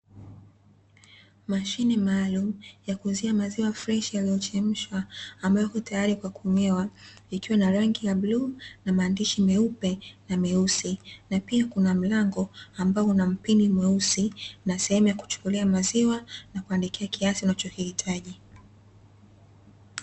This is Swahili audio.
Mashine maalumu ya kuuzia maziwa freshi yaliyo chemshwa ambayo yako tayari kwa kunywewa, ikiwa na rangi ya buluu na maandishi meupe na meusi, na pia kuna mlango ambao una mpini mweusi na sehemu ya kuchukulia maziwa, na kuandika kiasi unacho kihitaji.